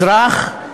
אזרח,